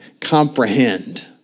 comprehend